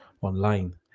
online